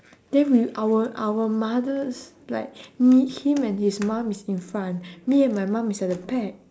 then with our our mothers like meet him and his mum is in front me and my mum is at the back